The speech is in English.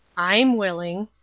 i'm willing,